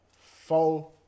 four